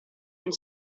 une